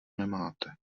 nemáte